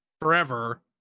forever